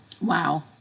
Wow